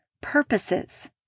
purposes